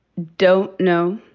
don't know.